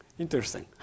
Interesting